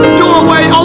doorway